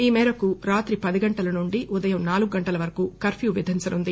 ఈ మేరకు రాత్రి పది గంటల నుండి ఉదయం నాలుగు గంటల వరకు కర్బ్యూ విధించనుంది